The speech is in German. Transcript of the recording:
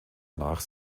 nach